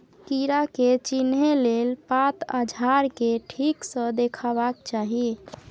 कीड़ा के चिन्हे लेल पात आ झाड़ केँ ठीक सँ देखबाक चाहीं